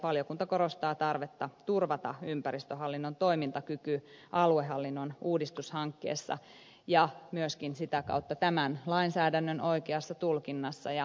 valiokunta korostaa tarvetta turvata ympäristöhallinnon toimintakyky aluehallinnon uudistushankkeessa ja myöskin sitä kautta tämän lainsäädännön oikeassa tulkinnassa ja valvonnassa